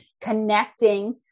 connecting